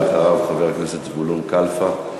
אחריו, חבר הכנסת זבולון קלפה,